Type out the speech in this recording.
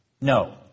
No